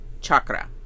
chakra